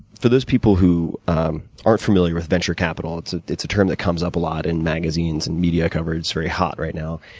for those people who aren't familiar with venture capital, it's ah it's a term that comes up a lot in magazines and media coverage, it's very hot right now.